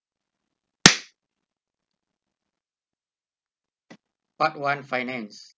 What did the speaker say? part one finance